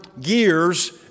gears